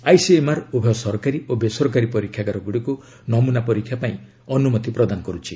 ICMR ଉଭୟ ସରକାରୀ ଓ ବେସରକାରୀ ପରୀକ୍ଷାଗାରଗୁଡ଼ିକୁ ନମୁନା ପରୀକ୍ଷା ପାଇଁ ଅନୁମତି ପ୍ରଦାନ କରୁଛି